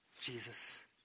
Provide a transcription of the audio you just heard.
Jesus